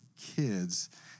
kids